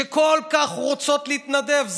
שכל כך רוצות להתנדב,